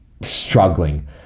struggling